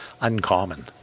uncommon